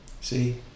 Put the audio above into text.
See